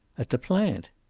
at the plant.